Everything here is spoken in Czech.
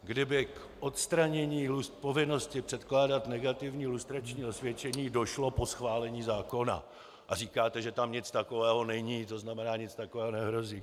Kdyby k odstranění povinnosti předkládat negativní lustrační osvědčení došlo po schválení zákona, a říkáte, že tam nic takového není, to znamená, nic takového nehrozí.